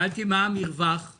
המרווח הוא